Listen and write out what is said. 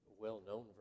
well-known